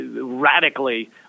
radically